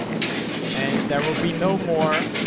and there will be no more